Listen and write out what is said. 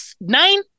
nine